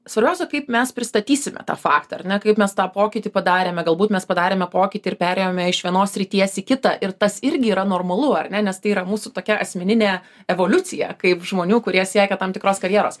svarbiausia kaip mes pristatysime tą faktą ar ne kaip mes tą pokytį padarėme galbūt mes padarėme pokytį ir perėjome iš vienos srities į kitą ir tas irgi yra normalu ar ne nes tai yra mūsų tokia asmeninė evoliucija kaip žmonių kurie siekia tam tikros karjeros